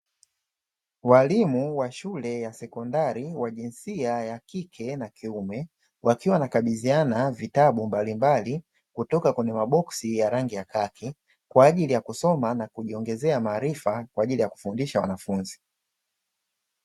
Walimu wa shule ya sekondari wa jinsia ya kike na kiume wakiwa na kabiziana vitabu mbalimbali kutoka kwenye maboksi ya rangi ya kaki, kwa ajili ya kusoma na kujiongezea maarifa kwa ajili ya kufundisha wanafunzi.